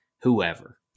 whoever